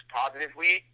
positively